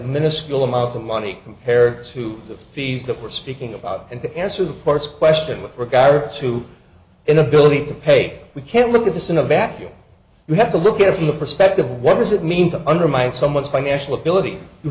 miniscule amount of money compared to the fees that we're speaking about and to answer the parts question with regard to inability to pay we can look at this in a vacuum you have to look at it from the perspective of what does it mean to undermine someone's financial ability you